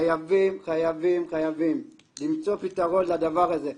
חייבים למצוא פתרון לדבר הזה.